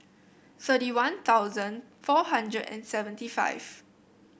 thirty One Thousand four hundred and seventy five